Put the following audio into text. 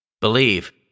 Believe